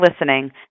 listening